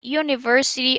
university